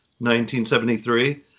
1973